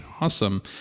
Awesome